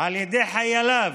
על ידי חייליו